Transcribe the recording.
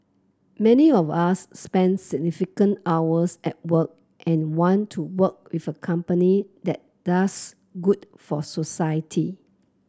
many of us spend significant hours at work and want to work with a company that does good for society